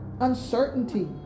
uncertainty